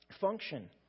function